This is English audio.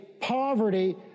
poverty